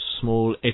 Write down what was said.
small